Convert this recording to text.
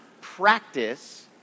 practice